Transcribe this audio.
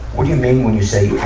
what do you mean when you say